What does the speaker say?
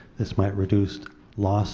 this might reduce loss